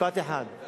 משפט אחד, אנחנו